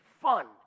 fun